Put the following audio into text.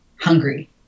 hungry